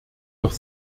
doch